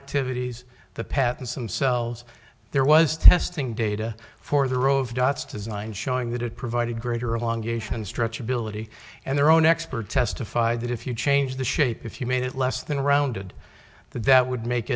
activities the pattern some cells there was testing data for the row of dots designed showing that it provided greater along a stretch ability and their own expert testified that if you change the shape if you made it less than rounded that would make